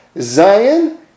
Zion